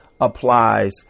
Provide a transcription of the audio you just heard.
applies